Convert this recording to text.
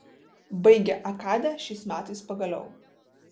baigė akadę šiais metais pagaliau